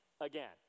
again